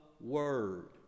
word